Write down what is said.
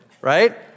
right